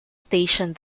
stationed